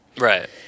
Right